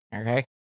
Okay